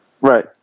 Right